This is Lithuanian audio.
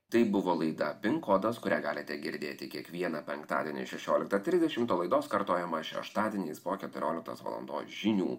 tai buvo laida pin kodas kurią galite girdėti kiekvieną penktadienį šešioliktą trisdešimt o laidos kartojama šeštadieniais po keturioliktos valandos žinių